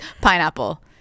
pineapple